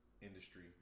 industry